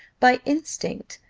by instinct,